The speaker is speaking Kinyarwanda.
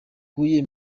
huye